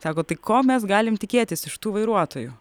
sako tai ko mes galim tikėtis iš tų vairuotojų